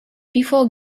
before